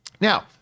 Now